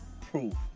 proof